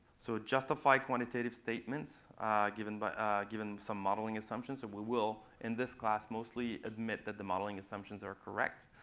so it justifies quantitative statements given but given some modeling assumptions, that we will, in this class, mostly admit that the modeling assumptions are correct.